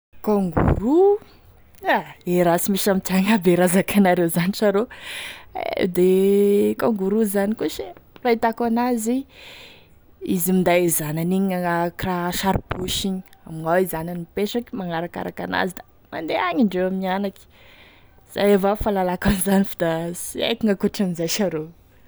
Kangoroa, ah e raha sy misy amitiagny aby e raha zakainareo zany saro e da e kangoroa zany koa sa e fahitako an'azy izy minday e zanany igny agna akoraha sary poso igny, amignao e zanany mipetraky magnarakaraky an'azy da mandeha agny indreo mianaky, zay avao fahalalako an'izany fda sy haiko gn'akoatra an'izay sa rô.